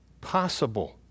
possible